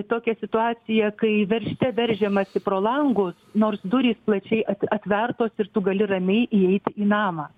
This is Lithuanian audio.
tokią situaciją kai veržte veržiamasi pro langus nors durys plačiai at atvertos ir tu gali ramiai įeiti į namą